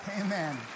Amen